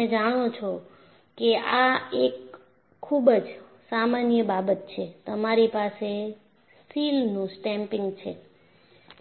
તમે જાણો છો કે આ એક ખૂબ જ સામાન્ય બાબત છેતમારી પાસે સીલનું સ્ટેમ્પિંગ છે